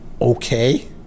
okay